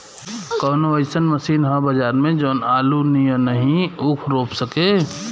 कवनो अइसन मशीन ह बजार में जवन आलू नियनही ऊख रोप सके?